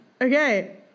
Okay